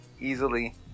easily